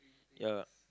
ya